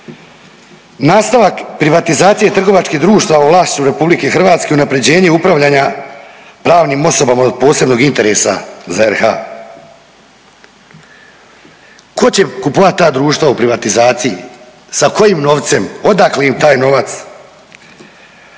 nastavak privatizacije trgovačkih društava u vlasništvu Republike Hrvatske unapređenje upravljanja pravnim osobama od posebnog interesa za RH. Tko će kupovat ta društva u privatizaciji? Sa kojim novcem? Odakle im taj novac?